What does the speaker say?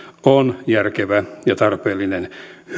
on järkevä ja tarpeellinen